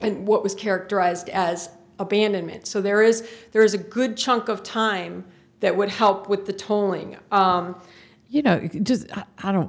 and what was characterized as abandonment so there is there is a good chunk of time that would help with the tolling you know i don't